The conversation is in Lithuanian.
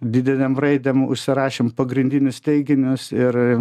didelėm raidėm užsirašėm pagrindinius teiginius ir